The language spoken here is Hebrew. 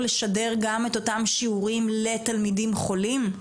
לשדר גם את אותם שיעורים לתלמידים חולים?